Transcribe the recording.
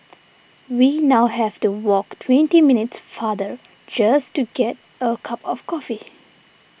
we now have to walk twenty minutes farther just to get a cup of coffee